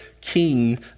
king